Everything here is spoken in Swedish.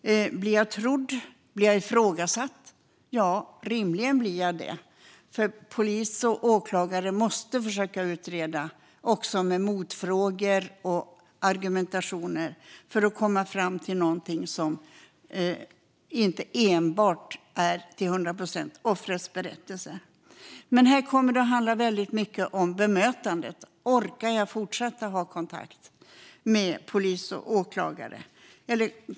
Blir jag trodd? Eller blir jag ifrågasatt? Ja, rimligen blir jag det, för polis och åklagare måste försöka utreda fallet med hjälp av motfrågor och argumentation för att komma fram till någonting som inte till hundra procent är offrets berättelse. Här kommer det att handla väldigt mycket om bemötandet. Orkar jag fortsätta ha kontakt med polis och åklagare?